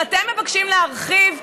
שאתם מבקשים להרחיב,